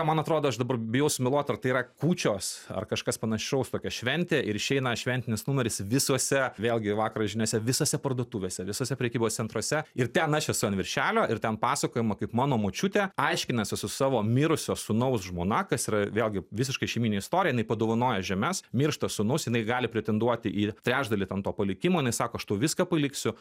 man atrodo aš dabar bijau sumeluot ar tai yra kūčios ar kažkas panašaus tokia šventė ir išeina šventinis numeris visuose vėlgi vakaro žiniose visose parduotuvėse visuose prekybos centruose ir ten aš esu ant viršelio ir ten pasakojama kaip mano močiutė aiškinasi su savo mirusio sūnaus žmona kas yra vėlgi visiškai šeimyninė istorija jinai padovanojo žemes miršta sūnus jinai gali pretenduoti į trečdalį ten to palikimo jinai sako aš tau viską paliksiu